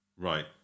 right